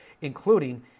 including